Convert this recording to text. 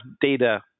data